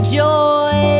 joy